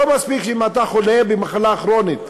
לא מספיק אם אתה חולה במחלה כרונית,